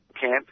camp